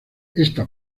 esta